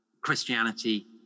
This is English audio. Christianity